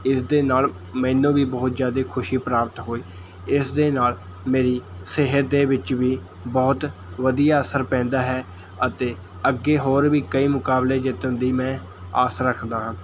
ਇਸ ਦੇ ਨਾਲ਼ ਮੈਨੂੰ ਵੀ ਬਹੁਤ ਜ਼ਿਆਦੇ ਖੁਸ਼ੀ ਪ੍ਰਾਪਤ ਹੋਈ ਇਸ ਦੇ ਨਾਲ਼ ਮੇਰੀ ਸਿਹਤ ਦੇ ਵਿੱਚ ਵੀ ਬਹੁਤ ਵਧੀਆ ਅਸਰ ਪੈਂਦਾ ਹੈ ਅਤੇ ਅੱਗੇ ਹੋਰ ਵੀ ਕਈ ਮੁਕਾਬਲੇ ਜਿੱਤਣ ਦੀ ਮੈਂ ਆਸ ਰੱਖਦਾ ਹਾਂ